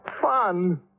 Fun